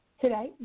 today